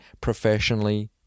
professionally